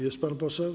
Jest pan poseł?